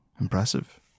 impressive